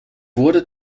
wurde